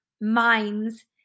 minds